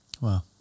Wow